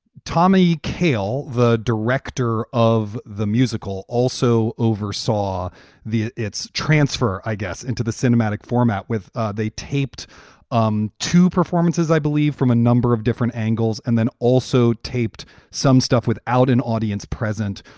tommy cale, the director of the musical, also oversaw its transfer, i guess, into the cinematic format with they taped um two performances, i believe, from a number of different angles, and then also taped some stuff without an audience present,